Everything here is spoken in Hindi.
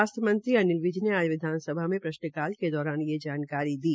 स्वास्थ्य मंत्री अनिल विज आज विधानसभा में प्रश्न काल के दौरान ये जानकारी दी